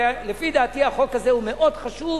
לפי דעתי החוק הזה הוא מאוד חשוב,